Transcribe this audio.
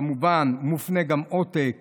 כמובן, מופנה גם עותק